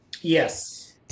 yes